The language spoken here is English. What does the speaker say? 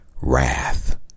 wrath